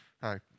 Hi